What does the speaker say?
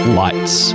lights